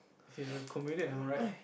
he's a comedian am I right